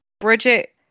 Bridget